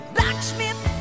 Blacksmith